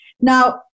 Now